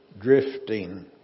drifting